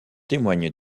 témoigne